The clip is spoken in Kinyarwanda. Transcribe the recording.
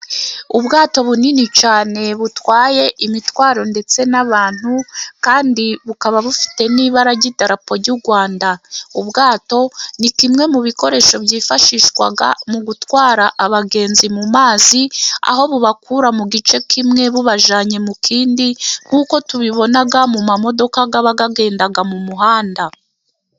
Ubwato bunini cyane butwaye imitwaro ndetse n'abantu, kandi bukaba bufite n'ibara ry'idarapo ry'u Rwanda. Ubwato ni kimwe mu bikoresho byifashishwa mu gutwara abagenzi mu mazi , aho bubakura mu gice kimwe bubajyanye mu kindi, nk'uko tubibona mu mamodoka aba agenda mu muhanda.